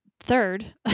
third